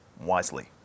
wisely